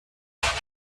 kann